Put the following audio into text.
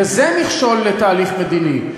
וזה מכשול לתהליך מדיני,